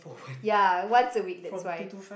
ya once a week that's why